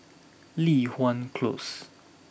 Li Hwan close